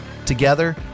together